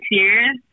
years